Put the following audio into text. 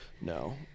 No